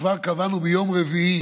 וכבר קבענו ביום רביעי